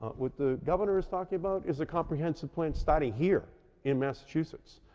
what the governor's talking about is a comprehensive plan starting here in massachusetts,